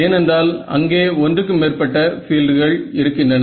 ஏனென்றால் அங்கே ஒன்றுக்கு மேற்பட்ட பீல்டுகள் இருக்கின்றன